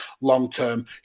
long-term